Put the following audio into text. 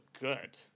good